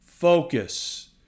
Focus